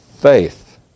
faith